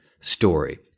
story